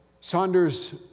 Saunders